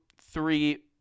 three